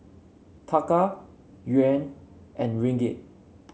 Taka Yuan and Ringgit